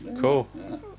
Cool